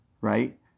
right